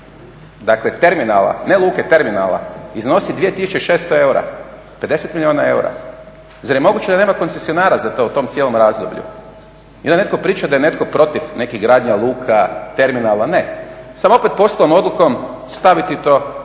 dakle terminala, ne luke, terminala, iznosi 2600 eura, 50 milijuna eura? Zar je moguće da nema koncesionara za to u tom cijelom razdoblju? I onda netko priča da je netko protiv nekih gradnja luka, terminala. Ne, samo opet poslovnom odlukom staviti to u neku